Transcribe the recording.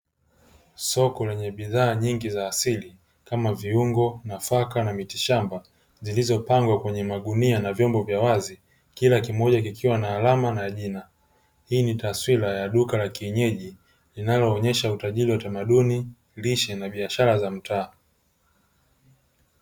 Soko lenye bidhaa nyingi za asili kama viungo, nafaka na miti shamba; zilizopangwa kwenye magunia na vyombo vya wazi kila kimoja kikiwa na alama na jina. Hii ni taswira ya duka la kienyeji linaloonyesha utajiri wa utamaduni, lishe na biashara za mtaa.